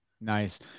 Nice